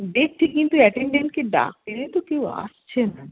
দেখছি কিন্তু অ্যাটেনডেন্ট কে ডাকলে তো কেউ আসছে না